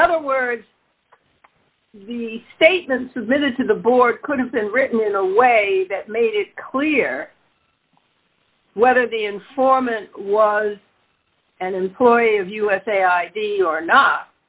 in other words the statement submitted to the board could have been written in a way that made it clear whether the informant was an employee of usa id or not